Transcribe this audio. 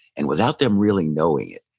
and, without them really knowing it,